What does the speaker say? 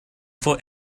for